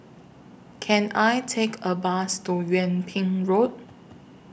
Can I Take A Bus to Yung Ping Road